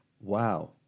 Wow